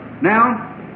Now